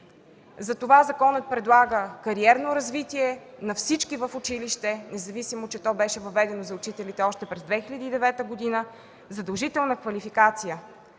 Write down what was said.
Затова законът предлага кариерно развитие на всички в училище, независимо че то беше въведено за учителите още през 2009 г., задължителна квалификация.